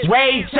Wait